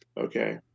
okay